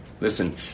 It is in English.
Listen